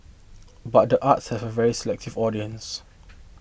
but the arts has a very selective audience